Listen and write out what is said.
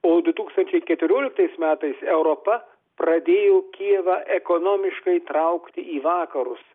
o du tūkstančiai keturioliktais metais europa pradėjo kijevą ekonomiškai traukti į vakarus